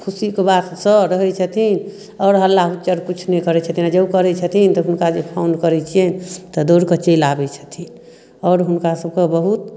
खुशीके बातसँ रहै छथिन आओर हल्ला हुच्चर किछु नहि करै छथिन जब करै छथिन तऽ हुनका जे फोन करै छियनि तऽ दौड़कऽ चलि आबै छथिन आओर हुनका सबके बहुत